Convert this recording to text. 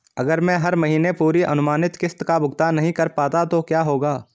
अगर मैं हर महीने पूरी अनुमानित किश्त का भुगतान नहीं कर पाता तो क्या होगा?